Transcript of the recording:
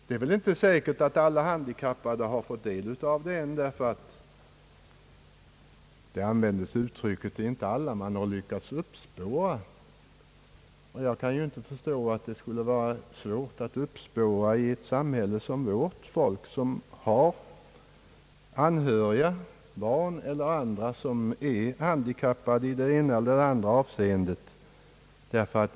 Det är väl inte säkert att alla handikappade ännu fått del av stödet, därför att man inte lyckats uppspåra alla, som ett uttryck i debatten lydde. Jag kan ju inte förstå att det skulle vara svårt att uppspåra de handikappade i ett samhälle som vårt, barn eller andra som är handikappade i olika avseenden.